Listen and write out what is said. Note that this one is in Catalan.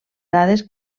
dades